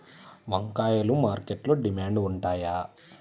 వంకాయలు మార్కెట్లో డిమాండ్ ఉంటాయా?